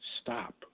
stop